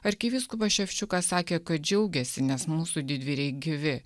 arkivyskupas ševčiukas sakė kad džiaugiasi nes mūsų didvyriai gyvi